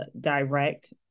direct